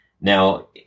Now